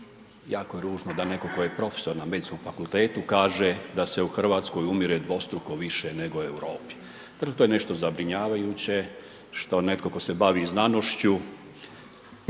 jako je ružno da netko tko je profesor na medicinskom fakultetu kaže da se u Hrvatskoj umire dvostruko više nego u Europi. To je nešto zabrinjavajuće što netko tko se bavi znanošću